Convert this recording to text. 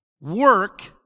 work